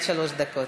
עד שלוש דקות.